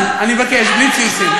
אני מבקש: בלי ציוצים.